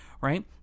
right